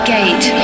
Gate